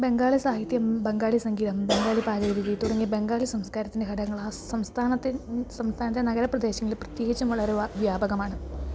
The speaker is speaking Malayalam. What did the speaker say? ബംഗാളി സാഹിത്യം ബംഗാളി സംഗീതം ബംഗാളി പാചകരീതി തുടങ്ങിയ ബംഗാളി സംസ്കാരത്തിൻ്റെ ഘടകങ്ങൾ ആ സംസ്ഥാനത്തെ നഗരപ്രദേശങ്ങളില് പ്രത്യേകിച്ചും വളരെ വ്യാപകമാണ്